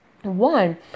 One